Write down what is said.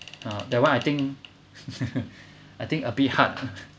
uh that one I think I think a bit hard